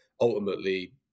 ultimately